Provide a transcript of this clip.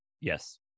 Yes